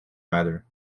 matter